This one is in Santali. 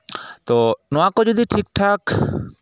ᱛᱚ ᱱᱚᱣᱟ ᱠᱚ ᱡᱩᱫᱤ ᱴᱷᱤᱠᱼᱴᱷᱟᱠ